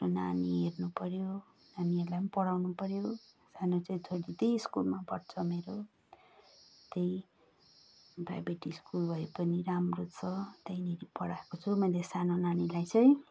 नानी हेर्नुपऱ्यो नानीहरूलाई पनि पढाउनु पऱ्यो सानो चाहिँ छोरी त्यही स्कुलमा पढ्छ मेरो त्यही प्राइभेट स्कुल भए पनि राम्रो छ त्यहाँनिर पढाएको छु मैले सानो नानीलाई चाहिँ